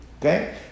Okay